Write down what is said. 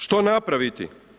Što napraviti?